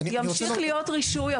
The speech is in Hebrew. ימשיך להיות רישוי,